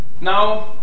Now